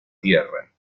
tierra